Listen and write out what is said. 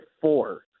four